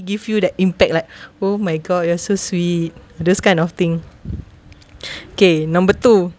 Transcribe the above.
give you the impact like oh my god you are so sweet those kind of thing okay number two